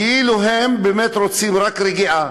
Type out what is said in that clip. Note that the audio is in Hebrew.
כאילו הם רוצים רק רגיעה,